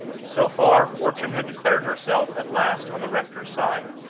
so far fortune had declared herself at last on the rector's side.